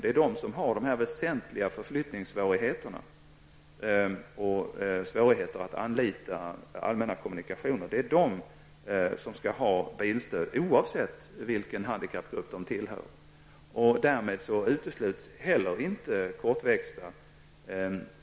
Det är de människor som har dessa väsentliga förflyttningssvårigheter och svårigheter att anlita allmänna kommunikationsmedel som skall ha bilstöd oavsett vilken handikappgrupp de tillhör, och därmed utesluts heller inte kortväxta.